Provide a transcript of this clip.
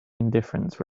indifference